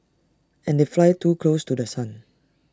and they fly too close to The Sun